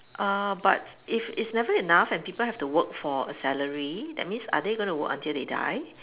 uh but if it's never enough and people have to work for a salary that means are they gonna work until they die